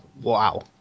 Wow